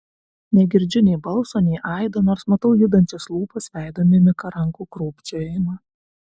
negirdžiu nei balso nei aido nors matau judančias lūpas veido mimiką rankų krūpčiojimą